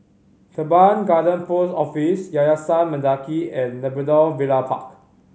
Teban Garden Post Office Yayasan Mendaki and Labrador Villa Park